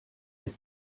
est